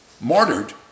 martyred